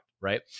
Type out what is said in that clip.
right